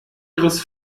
ihres